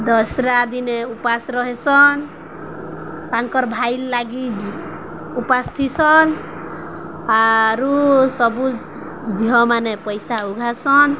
ଦଶହରା ଦିନେ ଉପବାସ ରହେସନ୍ ତାଙ୍କର୍ ଭାଇର୍ ଲାଗି ଉପବାସ୍ ଥିସନ୍ ଆରୁ ସବୁ ଝିଅମାନେ ପଇସା ଉଘାସନ୍